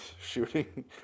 shooting